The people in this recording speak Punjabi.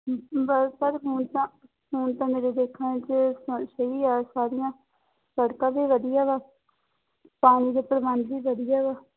ਬਸ ਸਰ ਹੁਣ ਤਾਂ ਹੁਣ ਤਾਂ ਮੇਰੇ ਦੇਖਣ 'ਚ ਸਹੀ ਆ ਸਾਰੀਆਂ ਸੜਕਾਂ ਵੀ ਵਧੀਆ ਵਾ ਪਾਣੀ ਦੇ ਪ੍ਰਬੰਧ ਵੀ ਵਧੀਆ ਵਾ